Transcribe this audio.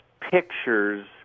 pictures